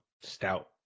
stout